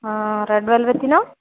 ഹാ റെഡ് വെൽവറ്റിനോ